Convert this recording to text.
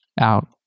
out